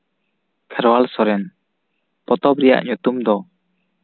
ᱠᱷᱮᱨᱣᱟᱞ ᱥᱚᱨᱮᱱ ᱯᱚᱛᱚᱵ ᱨᱮᱭᱟᱜ ᱧᱩᱛᱩᱢ ᱫᱚ